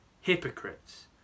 hypocrites